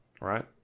right